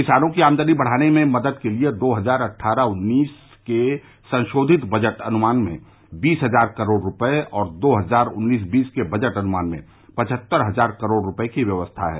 किसानों की आमदनी बढ़ाने में मदद के लिए दो हजार अट्ठारह उन्नीस के संशोधित बजट अनुमान में बीस हजार करोड़ रूपये और दो हजार उन्नीस बीस के बजट अनुमान में पचहत्तर हजार करोड़ रूपये की व्यवस्था है